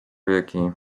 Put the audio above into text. wieki